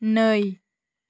नै